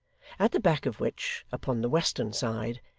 at the back of which, upon the western side,